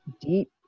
deep